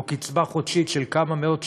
או קצבה חודשית של כמה מאות שקלים?